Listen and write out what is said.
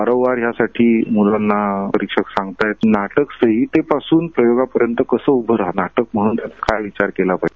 वारंवार यासाठी मुलांना परिक्षक सांगतायत नाटक संहितेपासून प्रयोगापर्यंत कसं उभ राहणार नाटक म्हणून काय विचार केली पाहीजे